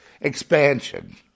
Expansion